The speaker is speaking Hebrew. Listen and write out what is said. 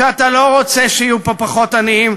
שאתה לא רוצה שיהיו פה פחות עניים,